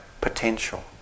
potential